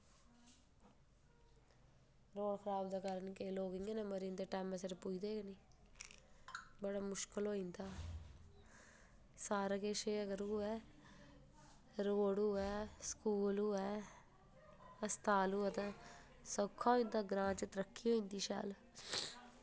road खराब दे कारण केईं लोक इंया गै मरी जंदे इंया टैमें दे पुज्जदे गै नेईं बड़ा मुशकल होई जंदा सारा किश एह् अगर होऐ रोड़ होऐ स्कूल होऐ हस्ताल होऐ ते सौखा होई जंदा ग्रां च तरक्की होंदी शैल